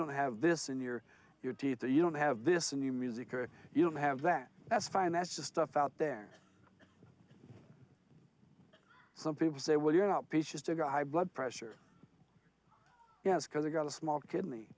don't have this in your your teeth or you don't have this new music or you don't have that that's fine that's just stuff out there some people say well you're not peaches to get high blood pressure yes because i got a small kidney